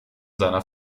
seiner